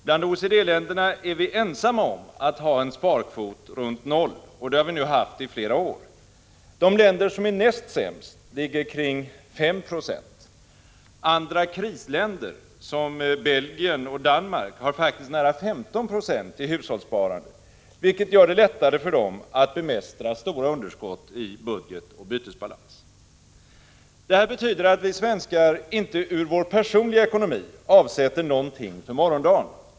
Bland OECD-länderna är vi ensamma om att ha en sparkvot runt noll, och det har vi nu haft i flera år. De länder som är näst sämst ligger kring 5 96. Andra krisländer som Belgien och Danmark har faktiskt nära 15 26 i hushållssparande, vilket gör det lättare för dem att bemästra stora underskott i budget och bytesbalans. Det här betyder att vi svenskar ur vår personliga ekonomi inte avsätter någonting för morgondagen.